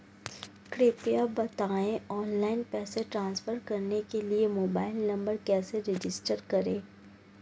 कृपया बताएं ऑनलाइन पैसे ट्रांसफर करने के लिए मोबाइल नंबर कैसे रजिस्टर करें?